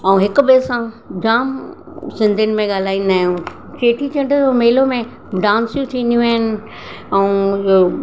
ऐं हिक ॿिए सां जामु सिंधीनि में ॻाल्हाईंदा आहियूं चेटी चंड जो मेलो में डांसियूं थींदियूं आहिनि ऐं